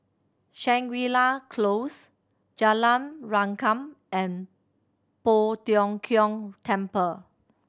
Shangri La Close Jalan Rengkam and Poh Tiong Kiong Temple